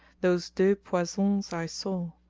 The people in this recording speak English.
those deux poissons i saw,